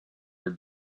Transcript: our